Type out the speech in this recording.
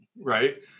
Right